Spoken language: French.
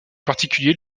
particulier